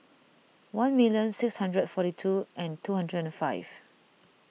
one million six hundred forty two and two hundred and five